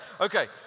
Okay